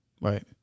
Right